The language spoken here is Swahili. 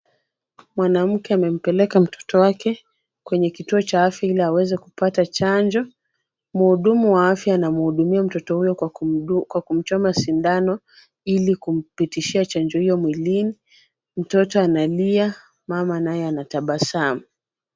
Mwanamke amempeleka mtoto wake kwenye kituo cha afya ili aweze kupata chanjo. Mhudumu wa afya anamhudumia mtoto huyo kwa kumdu kwa kumchoma sindano ili kumpitishia chanjo hiyo mwilini. Mtoto analia mama naye anatabasamu.